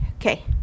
okay